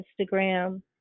Instagram